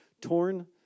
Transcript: torn